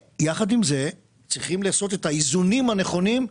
אנחנו צריכים לעשות את האיזונים הנכונים.